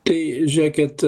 tai žiūrėkit